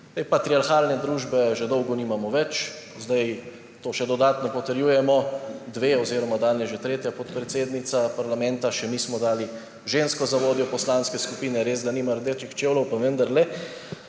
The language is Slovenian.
patriarhalne družbe že dolgo nimamo več. Zdaj to še dodatno potrjujemo, dve oziroma danes že tretja podpredsednica parlamenta, še mi smo dali žensko za vodjo poslanske skupine, resda nima rdečih čevljev, pa vendarle.